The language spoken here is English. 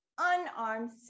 unarmed